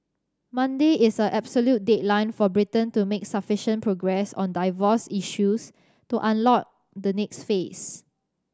Monday is the absolute deadline for Britain to make sufficient progress on divorce issues to unlock the next phase